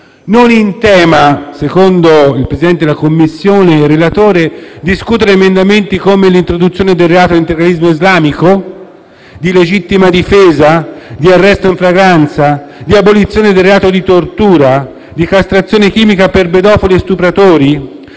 Non in tema, secondo il Presidente della Commissione e relatore, è discutere di emendamenti che prevedevano l'introduzione del reato di integralismo islamico, la legittima difesa, l'arresto in flagranza, l'abolizione del reato di tortura, la castrazione chimica per pedofili e stupratori,